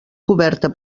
coberta